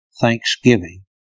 thanksgiving